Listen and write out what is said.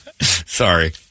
Sorry